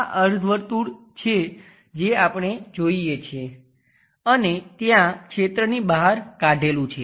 આ અર્ધ વર્તુળ છે જે આપણે જોઈએ છીએ અને ત્યાં ક્ષેત્રની બહાર કાઢેલું છે